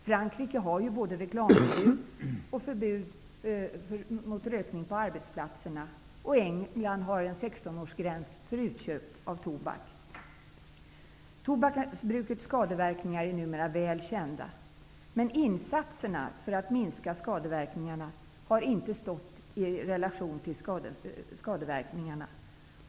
Frankrike har ju både reklamförbud och förbud mot rökning på arbetsplatserna, och England har en 16-årsgräns för utköp av tobak. Tobaksbrukets skadeverkningar är numera väl kända. Men insatserna för att minska skadeverkningarna har inte stått i relation till skadeverkningarna.